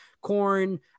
corn